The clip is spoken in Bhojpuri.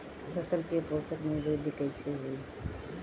फसल के पोषक में वृद्धि कइसे होई?